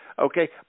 okay